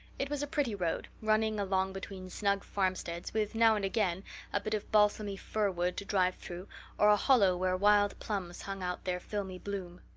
it was a pretty road, running along between snug farmsteads, with now and again a bit of balsamy fir wood to drive through or a hollow where wild plums hung out their filmy bloom.